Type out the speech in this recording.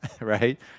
right